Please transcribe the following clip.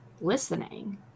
listening